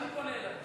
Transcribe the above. אני פונה אלייך.